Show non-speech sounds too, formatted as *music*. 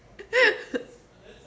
*laughs*